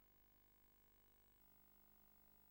אדוני היושב-ראש, היום זה יום היסטורי פעמיים: פעם